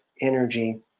energy